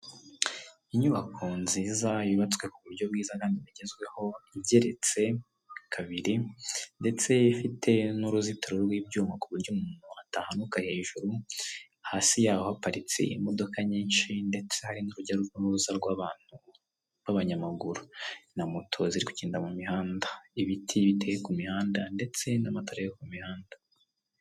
Inyubako nziza yubatswe ku buryo bwiza kandi bugezweho, igeretse kabiri ndetse ifite n'uruzitiro rw'ibyuma ku buryo umuntu atahanuka hejuru, hasi yaho haparitse imodoka nyinshi, ndetse hari n'urujya n’uruza rw'abantu b'abanyamaguru na moto ziri kugenda mu mihanda, ibiti biteye ku mihanda ndetse n'amatara yo ku mihanda.